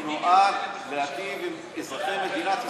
הוא נועד להיטיב עם אזרחי מדינת ישראל,